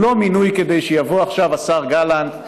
הוא לא מינוי כדי שיבוא עכשיו השר גלנט,